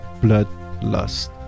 bloodlust